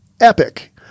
epic